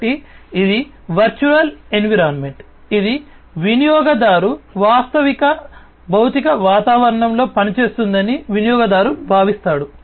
కాబట్టి ఇది virtual environment ఇది వినియోగదారు వాస్తవ భౌతిక వాతావరణంలో పనిచేస్తుందని వినియోగదారు భావిస్తాడు